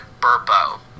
Burpo